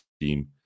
team